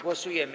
Głosujemy.